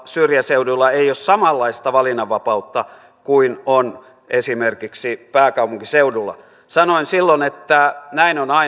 syrjäseuduilla ei ole samanlaista valinnanvapautta kuin esimerkiksi pääkaupunkiseudulla sanoin silloin että näin on aina